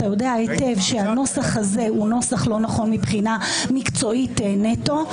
אתה יודע היטב שהנוסח הזה הוא נוסח לא נכון מבחינה מקצועית נטו.